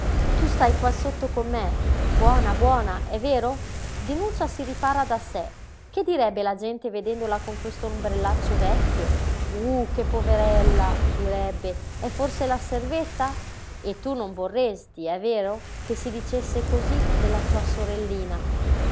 tu stai qua sotto con me buona buona è vero dinuccia si ripara da sé che direbbe la gente vedendola con quest'ombrellaccio vecchio uh che poverella direbbe è forse la servetta e tu non vorresti è vero che si dicesse cosí della tua sorellina